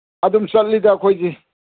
ꯑꯗꯨꯝ ꯆꯠꯂꯤꯗ ꯑꯩꯈꯣꯏꯗꯤ